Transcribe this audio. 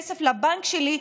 אם לא אפקיד כסף לבנק שלי,